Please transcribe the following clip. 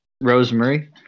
Rosemary